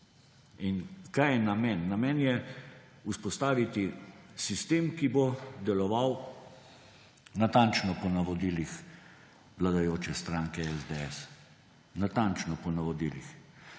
In kaj je namen? Namen je vzpostaviti sistem, ki bo deloval natančno po navodilih vladajoče stranke SDS. Natančno po navodilih.